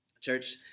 church